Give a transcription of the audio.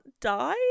die